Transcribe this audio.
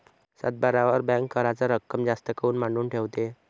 सातबाऱ्यावर बँक कराच रक्कम जास्त काऊन मांडून ठेवते?